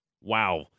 Wow